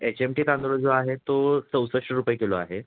H M T तांदूळ जो आहे तो चौसष्ट रुपये किलो आहे